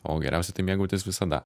o geriausia tai mėgautis visada